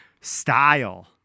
style